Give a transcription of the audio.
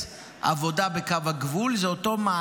--- לא הולכים,